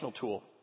tool